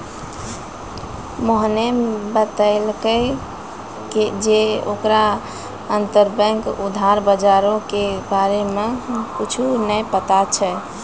मोहने बतैलकै जे ओकरा अंतरबैंक उधार बजारो के बारे मे कुछु नै पता छै